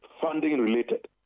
funding-related